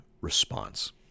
response